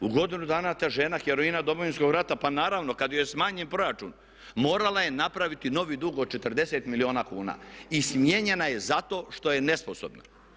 U godinu dana ta žena, heroina Domovinskog rata, pa naravno kada joj je smanjen proračun morala je napraviti novi dug od 40 milijuna kuna i smijenjena je zato što je nesposobna.